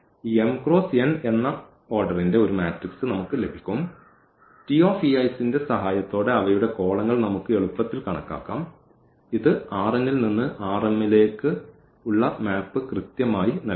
ഈ m cross n എന്ന ക്രമത്തിന്റെ ഒരു മാട്രിക്സ് നമുക്ക് ലഭിക്കും 's സഹായത്തോടെ അവയുടെ കോളങ്ങൾ നമുക്ക് എളുപ്പത്തിൽ കണക്കാക്കാം ഇത് ൽ നിന്ന് ലേക്ക് ഉള്ള മാപ്പ് കൃത്യമായി നൽകും